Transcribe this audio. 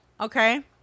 okay